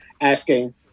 asking